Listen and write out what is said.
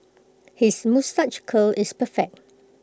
his moustache curl is perfect